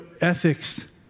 ethics